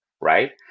Right